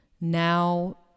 now